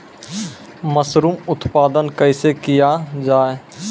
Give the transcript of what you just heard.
Mushroom उत्पादन कैसे किया जाय?